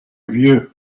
view